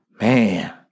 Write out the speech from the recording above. man